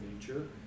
nature